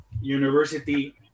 university